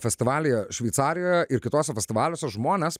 festivalyje šveicarijoje ir kituose festivaliuose žmonės